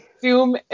Zoom